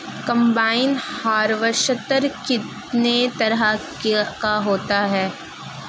Combine harvester कितने तरह का होता है?